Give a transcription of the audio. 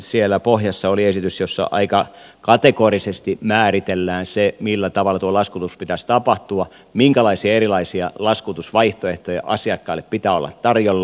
siellä pohjassa oli esitys jossa aika kategorisesti määritellään se millä tavalla tuon laskutuksen pitäisi tapahtua minkälaisia erilaisia laskutusvaihtoehtoja asiakkaille pitää olla tarjolla